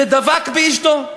"ודבק באשתו".